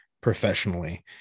professionally